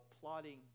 plotting